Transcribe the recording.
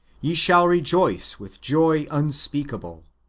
ye shall rejoice with joy unspeakable